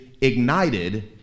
ignited